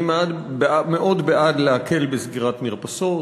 אני מאוד בעד להקל בסגירת מרפסות,